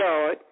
God